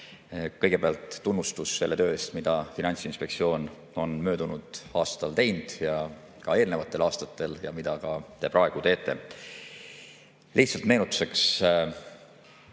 Kõigepealt tunnustus selle töö eest, mida Finantsinspektsioon on möödunud aastal teinud, ka eelnevatel aastatel ja mida te ka praegu teete. Lihtsalt meenutuseks,